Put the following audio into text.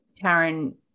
Karen